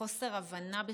חוסר הבנה.